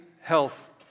health